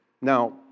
Now